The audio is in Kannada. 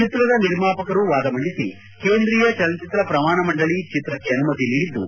ಚಿತ್ರದ ನಿರ್ಮಾಪಕರು ವಾದ ಮಂಡಿಸಿ ಕೇಂದ್ರೀಯ ಚಲನಚಿತ್ರ ಪ್ರಮಾಣ ಮಂಡಳ ಚಿತ್ರಕ್ಷ ಅನುಮತಿ ನೀಡಿದ್ದು